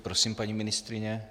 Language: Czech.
Prosím, paní ministryně.